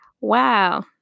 Wow